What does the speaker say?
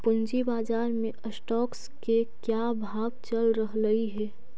पूंजी बाजार में स्टॉक्स के क्या भाव चल रहलई हे